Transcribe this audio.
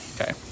Okay